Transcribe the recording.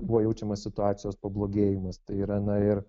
buvo jaučiamas situacijos pablogėjimas tai yra na ir